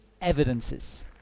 evidences